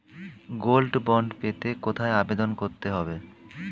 Gold bond পেতে কোথায় আবেদন করতে হবে?